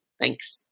Thanks